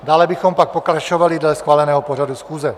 Dále bychom pak pokračovali dle schváleného pořadu schůze.